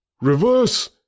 REVERSE